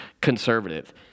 conservative